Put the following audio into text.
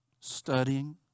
studying